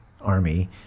army